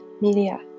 media